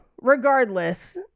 regardless